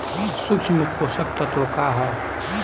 सूक्ष्म पोषक तत्व का ह?